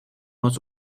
noc